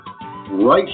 Right